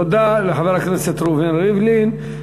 תודה לחבר הכנסת ראובן ריבלין.